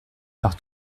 par